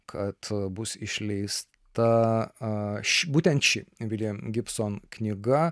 kad bus išleista būtent ši william gibson knyga